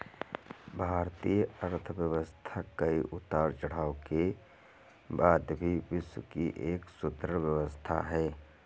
भारतीय अर्थव्यवस्था कई उतार चढ़ाव के बाद भी विश्व की एक सुदृढ़ व्यवस्था है